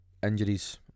Injuries